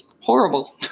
horrible